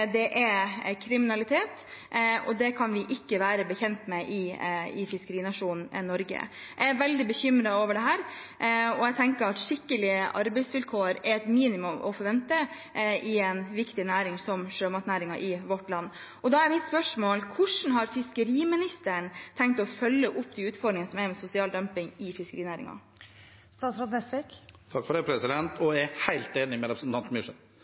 Det er kriminalitet, og det kan vi ikke være bekjent av i fiskerinasjonen Norge. Jeg er veldig bekymret over dette, og jeg tenker at skikkelige arbeidsvilkår er et minimum å forvente i en så viktig næring som sjømatnæringen er i vårt land. Da er mitt spørsmål: Hvordan har fiskeriministeren tenkt å følge opp de utfordringene som er med sosial dumping i fiskerinæringen? Jeg er helt enig med representanten Myrseth. Det